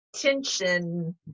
tension